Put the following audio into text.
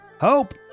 Hope